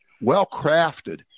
well-crafted